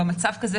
במצב כזה,